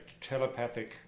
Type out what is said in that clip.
telepathic